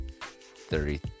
thirty